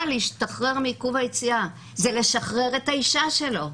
להשתחרר מעיכוב היציאה זה לשחרר את האישה שלו,